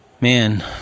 man